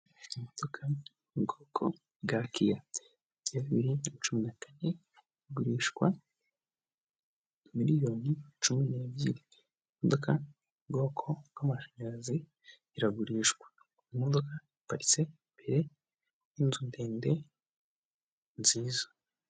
Imodoka ubwoko bwa Kiate ya bibiri na cumi na kane igurishwa miliyoni cumi na ebyiri imodoka ubwoko bw'amashanyarazi iragurishwa kumudoka iparitse imbere y'inzu ndende nziza.